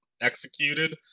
executed